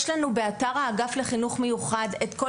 יש לנו באתר האגף לחינוך מיוחד את כל